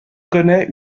connaît